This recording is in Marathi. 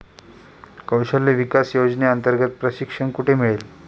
कौशल्य विकास योजनेअंतर्गत प्रशिक्षण कुठे मिळेल?